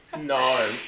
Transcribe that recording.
No